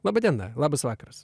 laba diena labas vakaras